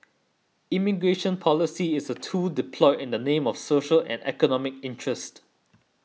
immigration policy is a tool deployed in the name of social and economic interest